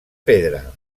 pedra